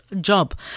job